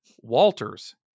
Walters